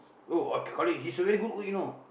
oh I he's a very good cook you know